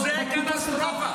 זו קטסטרופה.